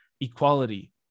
equality